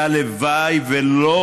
הלוואי שלא